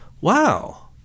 wow